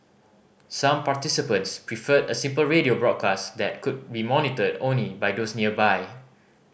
some participants preferred a simple radio broadcast that could be monitored only by those nearby